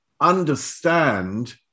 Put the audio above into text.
understand